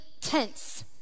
tense